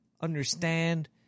understand